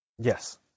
Yes